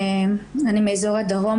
אני מאזור הדרום.